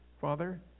Father